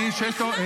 אני נכנסתי לפניו.